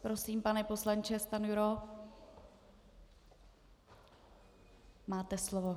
Prosím, pane poslanče Stanjuro máte slovo.